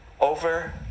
over